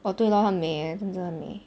哦对咯很美她真的很美